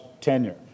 tenure